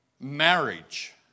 marriage